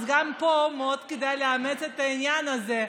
אז גם פה מאוד כדאי לאמץ את העניין הזה,